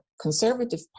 Conservative